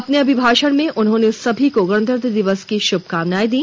अपने अभिभाषण में उन्होंने सभी को गणतंत्र दिवस की शुभकामनाएं दी